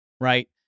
right